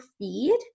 feed